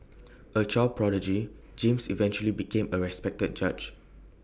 A child prodigy James eventually became A respected judge